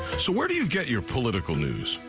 so where do you get your political news?